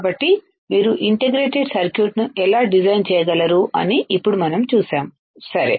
కాబట్టి మీరు integrated circuit ను ఎలా డిజైన్ చేయగలరు అని ఇప్పుడు మనం చూశాము సరే